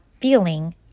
feeling